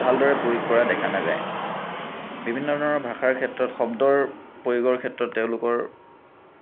ভালদৰে প্ৰয়োগ কৰা দেখা নাযায় বিভিন্ন ধৰণৰ ভাষাৰ ক্ষেত্ৰত শব্দৰ প্ৰয়োগৰ ক্ষেত্ৰত তেওঁলোকৰ